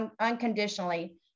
unconditionally